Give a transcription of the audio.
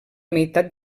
meitat